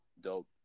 dope